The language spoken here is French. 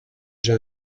j’ai